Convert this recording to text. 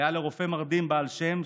והיה לרופא מרדים בעל שם,